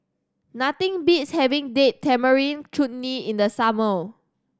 nothing beats having Date Tamarind Chutney in the summer